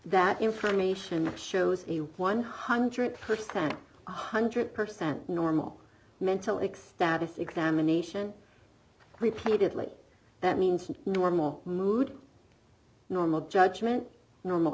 that information shows one hundred percent one hundred percent normal mental extatic examination repeated later that means normal mood normal judgment normal